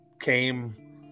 came